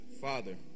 Father